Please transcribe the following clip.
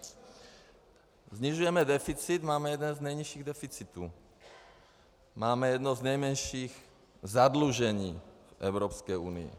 Snižujeme deficit, máme jeden z nejnižších deficitů, máme jedno z nejmenších zadlužení v Evropské unii.